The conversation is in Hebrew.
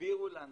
שהסבירו לנו,